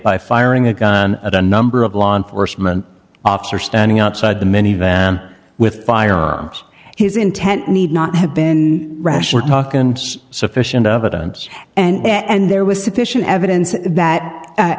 by firing a gun at a number of law enforcement officer standing outside the minivan with firearms his intent need not have been rational talk and sufficient evidence and there was sufficient evidence that